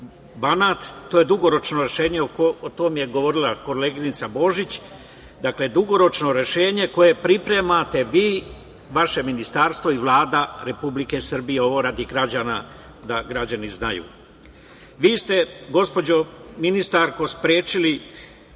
Banat to je dugoročno rešenje, o tome je govorila koleginica Božić, dakle dugoročno rešenje koje pripremate vi, vaše Ministarstvo i Vlada Republike Srbije. Ovo radi građana, da građani znaju. Vi ste gospođo ministarko sprečili